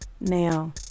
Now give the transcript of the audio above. now